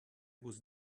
was